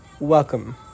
Welcome